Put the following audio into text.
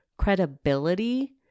credibility